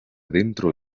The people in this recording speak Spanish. dentro